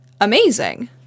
amazing